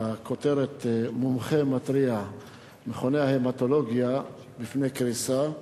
בכותרת: מומחה מתריע: מכוני ההמטולוגיה בפני קריסה.